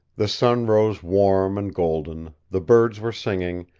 the sun rose warm and golden, the birds were singing,